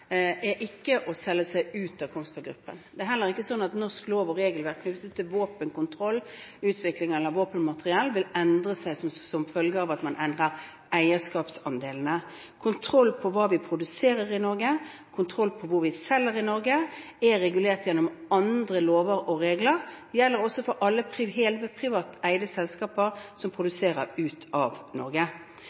er ikke å selge seg ut av Kongsberg Gruppen. Det er heller ikke sånn at norsk lov og regelverk knyttet til våpenkontroll, -utvikling eller våpenmateriell vil endre seg som følge av at man endrer eierskapsandelene. Kontroll på hva vi produserer i Norge, kontroll på hvor vi selger i Norge, er regulert gjennom andre lover og regler. Det gjelder også for alle helprivateide selskaper som produserer ut av Norge.